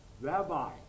Rabbi